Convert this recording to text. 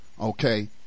okay